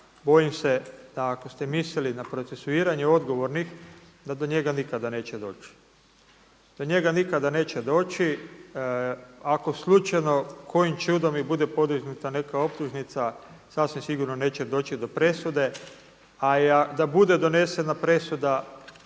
bojim se da ako ste mislili na procesuiranje odgovornih da do njega nikada neće doći. Do njega nikada neće doći. Ako slučajno kojim čudom i bude podignuta neka optužnica sasvim sigurno neće doći do presude, a i da bude donesena presuda